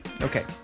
Okay